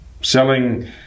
selling